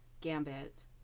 Gambit